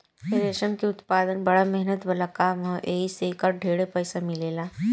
रेशम के उत्पदान बड़ा मेहनत वाला काम ह एही से एकर ढेरे पईसा मिलेला